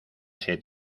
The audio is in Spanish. ese